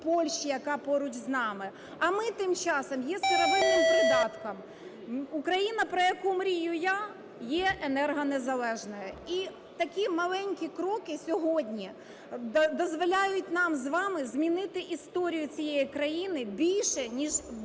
Польщі, яка поруч з нами, а ми тим часом є сировинним придатком. Україна, про яку мрію я, є енергонезалежною і такі маленькі кроки сьогодні дозволяють нам з вами змінити історію цієї країни більше ніж